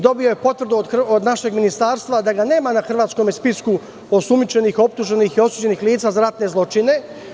Dobio je potvrdu od našeg ministarstva da ga nema na hrvatskom spisku osumnjičenih, optuženih i osuđenih lica za ratne zločine.